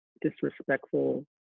disrespectful